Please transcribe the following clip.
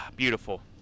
beautiful